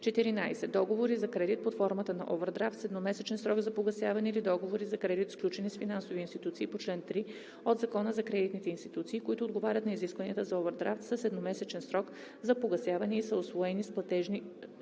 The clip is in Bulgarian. „14. Договори за кредит под формата на овърдрафт с едномесечен срок на погасяване, или договори за кредит, сключени с финансови институции по чл. 3 от Закона за кредитните институции, които отговарят на изискванията за овърдрафт с едномесечен срок на погасяване и са усвоени с платежен